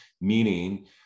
meaning